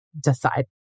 decide